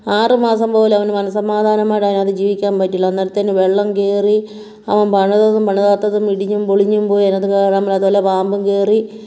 ആറു മാസം പോലും അവന് മനസമാധാനമായിട്ട് അതിനകത്ത് ജീവിക്കാൻ പറ്റില്ല അന്നേരത്തേന് വെള്ളം കയറി അവൻ പണിതതും പണിതാത്തതും ഇടിഞ്ഞും പൊളിഞ്ഞും പോയി അതിനകത്ത് കയറാൻ പറ്റാതെ വല്ല പാമ്പും കയറി